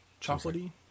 Chocolatey